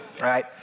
right